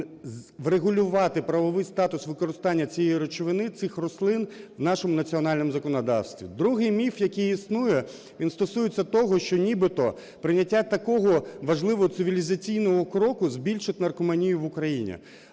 врегулювати правовий статус використання цієї речовини, цих рослин в нашому національному законодавстві. Другий міф, який існує, він стосується того, що нібито прийняття такого важливого цивілізаційного кроку збільшить наркоманію в Україні.